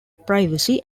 privacy